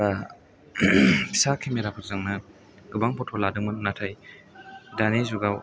फिसा केमेरा फोरजोंनो गोबां फट' लादोंमोन नाथाय दानि जुगाव